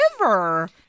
river